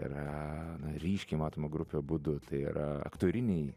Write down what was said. yra ryškiai matoma grupė abudu tai yra aktoriniai